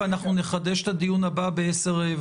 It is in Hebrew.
ואנחנו נחדש את הדיון הבא ב-10:15.